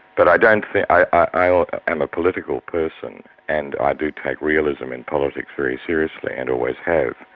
but i don't think, i am a political person and i do take realism in politics very seriously and always have.